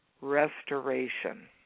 restoration